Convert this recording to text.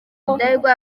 rudahigwa